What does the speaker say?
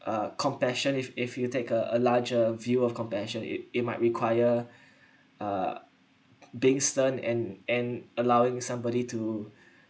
uh compassion if if you take a a larger view of compassion it it might require uh being stunned and and allowing somebody to